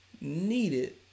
needed